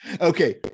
Okay